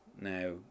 now